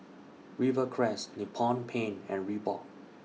Rivercrest Nippon Paint and Reebok